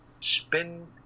spin